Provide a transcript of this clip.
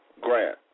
grant